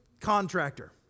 contractor